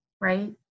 right